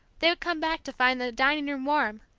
they would come back to find the dining-room warm,